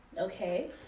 Okay